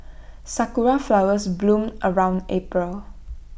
Sakura Flowers bloom around April